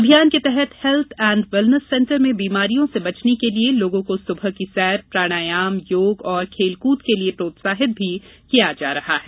अभियान के तहत हेल्थ एंड वेलनेस सेंटर में बीमारियों से बचने के लिए लोगों को सुबह की सैर प्राणायाम योग खेलकूद के लिये प्रोत्साहित भी किया जा रहा है